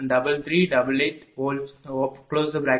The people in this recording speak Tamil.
94416 8